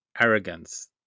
arrogance